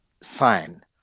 sign